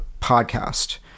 podcast